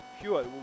pure